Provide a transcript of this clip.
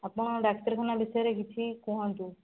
ଆପଣ ଡାକ୍ତରଖାନା ବିଷୟରେ କିଛି କୁହନ୍ତୁ